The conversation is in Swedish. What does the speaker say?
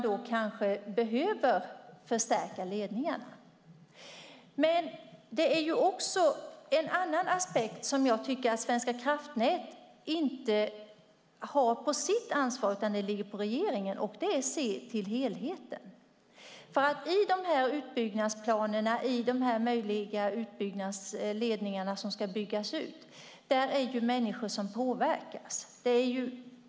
Det finns också en annan aspekt som jag inte tycker att Svenska kraftnät har på sitt ansvar, och det är att se till helheten. Detta ligger på regeringen, för när det gäller utbyggnadsplanerna för de möjliga ledningarna som ska byggas ut är det människor som påverkas.